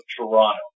Toronto